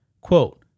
quote